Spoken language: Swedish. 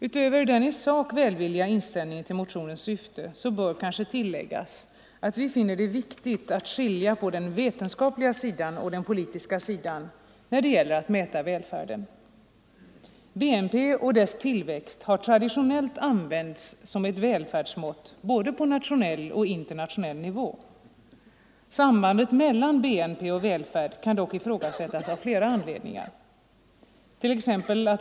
Utöver utskottets i sak välvilliga inställning till motionens syfte bör kanske tilläggas att vi finner det viktigt att skilja på den vetenskapliga sidan och den politiska sidan när det gäller att mäta välfärden. BNP och dess tillväxt har traditionellt använts som ett välfärdsmått på både nationell och internationell nivå. Sambandet mellan BNP och välfärd kan dock ifrågasättas av flera anledningar.